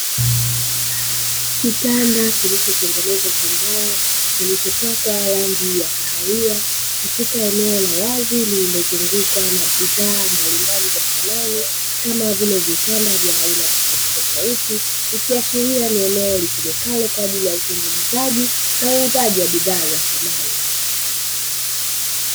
Kitanda killlichotengenezwa kwa mbao, kilichopakwa rangi ya kahawia katika eneo la wazi lililozungukwa na bidhaa mbalimbali za samani, kama vile vitanda vya aina tofautitofauti. Ikiashiria ni eneo litumikalo kwa ajili ya utengenezaji na uandaji wa bidhaa za samani.